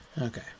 okay